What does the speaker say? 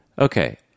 Okay